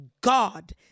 God